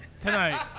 tonight